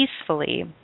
peacefully